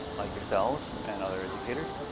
like yourselves, and other educators,